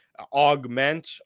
augment